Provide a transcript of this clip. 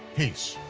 peace,